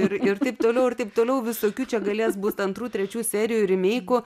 ir ir taip toliau ir taip toliau visokių čia galės būt antrų trečių serijų ir rimeikų